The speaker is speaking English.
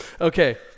Okay